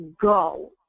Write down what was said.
go